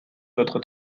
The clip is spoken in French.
votre